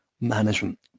management